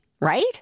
right